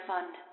Fund